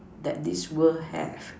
that this world has